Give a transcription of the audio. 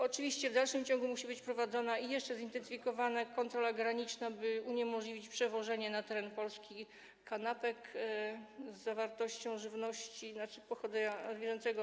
Oczywiście w dalszym ciągu musi być prowadzona, i jeszcze musi być zintensyfikowana, kontrola graniczna, by uniemożliwić przywożenie na teren Polski kanapek z zawartością żywności pochodzenia zwierzęcego.